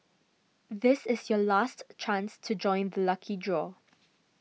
this is your last chance to join the lucky draw